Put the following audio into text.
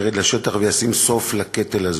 ירד לשטח וישים סוף לקטל הזה.